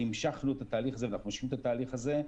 והמשכנו את התהליך הזה ואנחנו ממשיכים את התהליך הזה,